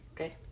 Okay